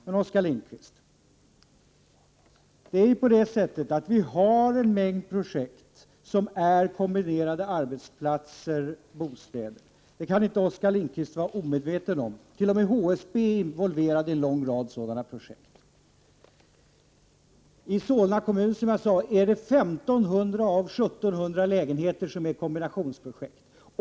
Men, Oskar Lindkvist, vi har en mängd projekt med kombinerade arbetsplatser och bostäder. Det kan Oskar Lindkvist inte vara omedveten om. T.o.m. HSB är involverat i en lång rad sådana projekt. I Solna kommun är, som jag sade, 1 500 av 1 700 lägenheter kombinationsprojekt.